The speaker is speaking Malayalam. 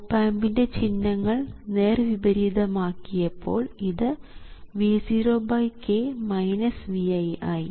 ഓപ് ആമ്പിൻറെ ചിഹ്നങ്ങൾ നേർവിപരീതം ആക്കിയപ്പോൾ ഇത് V0k Vi ആയി